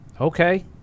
Okay